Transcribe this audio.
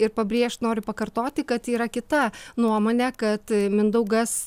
ir pabrėžt noriu pakartoti kad yra kita nuomonė kad mindaugas